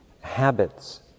Habits